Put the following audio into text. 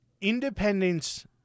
independence